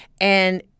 And-